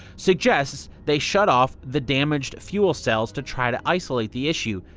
suggests they shut off the damaged fuel cells to try to isolate the issue.